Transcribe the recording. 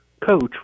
coach